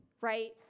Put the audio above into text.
right